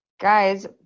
Guys